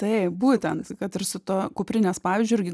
taip būtent kad ir su tuo kuprinės pavyzdžiu irgi